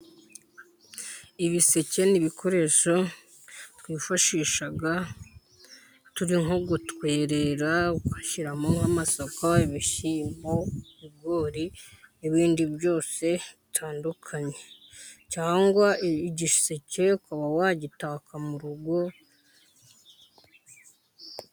Ibiseke ni ibikoresho twifashisha turi nko gutwerera ugashyiramo amako ibishyimo, ibigori n'ibindi byose bitandukanye. Cyangwa igiseke ukaba wagitaka mu rugo..